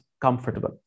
comfortable